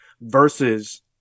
versus